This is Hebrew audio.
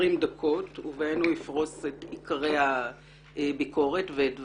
דקות ובהם הוא יפרוש את עיקרי הביקורת ואת דבריו.